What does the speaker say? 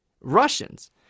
Russians